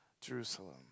Jerusalem